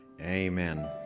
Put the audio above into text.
Amen